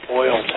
oil